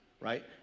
Right